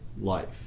life